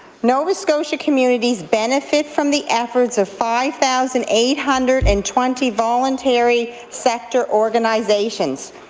nova scotia communities benefit from the efforts of five thousand eight hundred and twenty voluntary sector organizations.